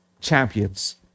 champions